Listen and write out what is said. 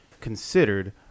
considered